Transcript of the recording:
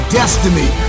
destiny